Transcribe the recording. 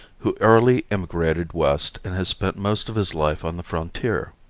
who early emigrated west and has spent most of his life on the frontier.